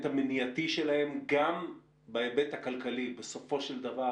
המניעתי שלהם גם בהיבט הכלכלי בסופו של דבר